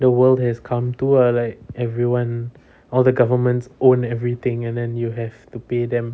the world has come to ah like everyone all the governments own everything and then you have to pay them